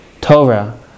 Torah